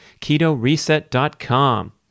KetoReset.com